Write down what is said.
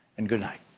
and good night.